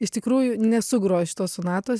iš tikrųjų nesu grojus šitos sonatos